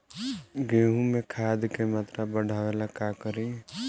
गेहूं में खाद के मात्रा बढ़ावेला का करी?